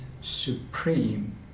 supreme